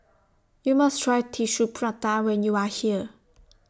YOU must Try Tissue Prata when YOU Are here